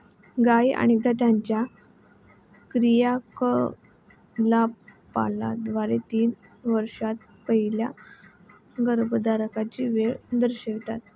गायी अनेकदा त्यांच्या क्रियाकलापांद्वारे तीन वर्षांत पहिल्या गर्भधारणेची वेळ दर्शवितात